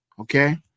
okay